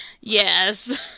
Yes